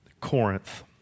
Corinth